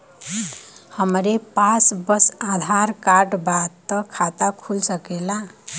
हमरे पास बस आधार कार्ड बा त खाता खुल सकेला?